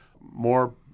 more